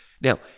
Now